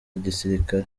gisirikare